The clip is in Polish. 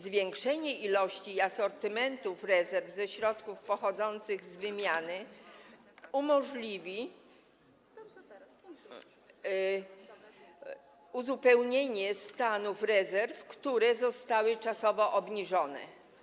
Zwiększenie ilości asortymentów rezerw ze środków pochodzących z wymiany umożliwi uzupełnienie stanów rezerw, które zostały czasowo obniżone.